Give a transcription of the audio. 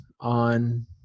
on